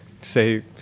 say